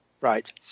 Right